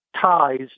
ties